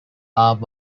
are